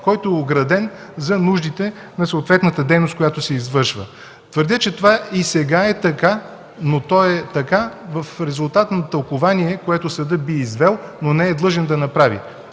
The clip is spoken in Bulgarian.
който е ограден за нуждите на съответната дейност, която се извършва. Твърдя, че това и сега е така, но то е така в резултат на тълкувание, което съдът би извел, но не е длъжен да направи.